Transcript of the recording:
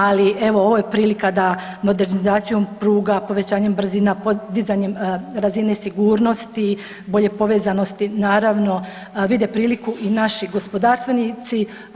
Ali evo ovo je prilika da modernizacijom pruga, povećanjem brzina, podizanjem razine sigurnosti, bolje povezanosti vide priliku i naši gospodarstvenici.